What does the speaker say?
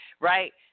Right